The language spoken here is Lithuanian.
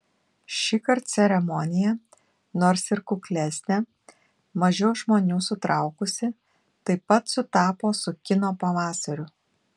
šįkart ceremonija nors ir kuklesnė mažiau žmonių sutraukusi taip pat sutapo su kino pavasariu